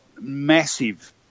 massive